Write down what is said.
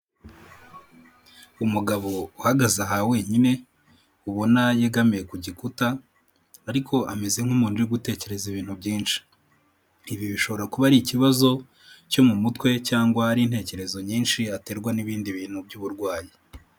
Umugabo uhagaze aha wenyine ubona yegamiye ku gikuta ariko ameze nk'umuntu uri gutekereza ibintu byinshi, ibi bishobora kuba ari ikibazo cyo mu mutwe cyangwa ari intekerezo nyinshi aterwa n'ibindi bintu by'uburwayi.